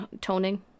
toning